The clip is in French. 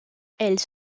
elle